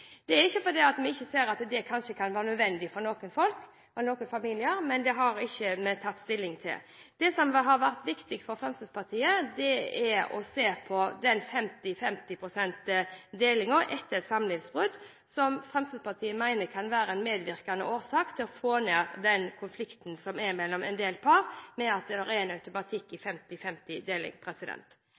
Det er ikke fordi vi ikke ser at det kanskje kan være nødvendig for noen familier, men det har vi ikke tatt stilling til. Det som har vært viktig for Fremskrittspartiet, er å se på 50/50 pst.-delingen etter et samlivsbrudd. Det mener vi kan være et bidrag til å redusere konflikten som er mellom en del par, og som vi mener at den automatiske 50/50-delingen er en medvirkende årsak til. Det er faktisk veldig bekymringsfullt at en del barnefordelingssaker nå går i